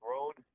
Road